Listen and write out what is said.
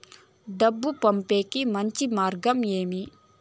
డబ్బు పంపేకి మంచి మార్గం ఏమి